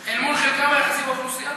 אל מול חלקם היחסי באוכלוסייה?